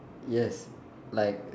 yes like